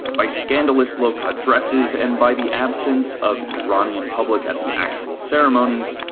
by scandalous low-cut dresses and by the absence of iranian public at the actual ceremonies,